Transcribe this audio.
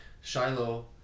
Shiloh